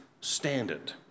standard